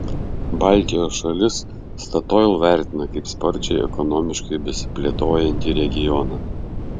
baltijos šalis statoil vertina kaip sparčiai ekonomiškai besiplėtojantį regioną